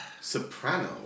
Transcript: Soprano